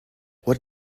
what